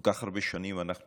כל כך הרבה שנים נמצאים